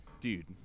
Dude